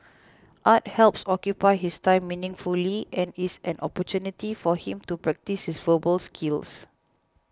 art helps occupy his time meaningfully and is an opportunity for him to practise his verbal skills